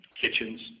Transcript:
kitchens